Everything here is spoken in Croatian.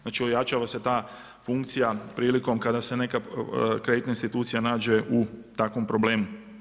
Znači ojačava se ta funkcija prilikom kada se neka kreditna institucija nađe u takvom problemu.